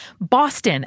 Boston